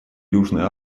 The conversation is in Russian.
южная